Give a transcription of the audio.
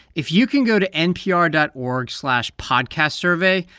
if you can go to npr dot org slash podcastsurvey,